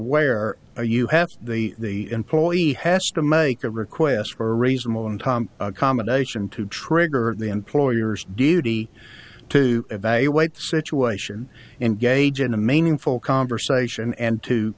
aware or you have the employee has to make a request for reasonable and tom accommodation to trigger the employer's duty to evaluate the situation engage in a maining full conversation and to